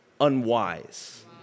unwise